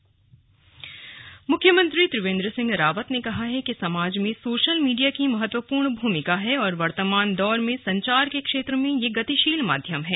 slug social media मुख्यमंत्री त्रिवेन्द्र सिंह रावत ने कहा है कि समाज में सोशल मीडिया की महत्वपूर्ण भूमिका है और वर्तमान दौर में संचार के क्षेत्र में यह गतिशील माध्यम है